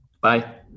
Bye